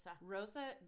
Rosa